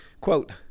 Quote